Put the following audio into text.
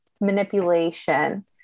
manipulation